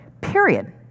period